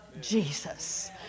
Jesus